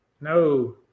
no